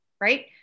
right